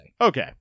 Okay